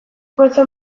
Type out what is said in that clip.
gotzon